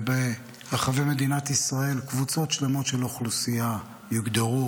וברחבי מדינת ישראל קבוצות שלמות של אוכלוסייה יוגדרו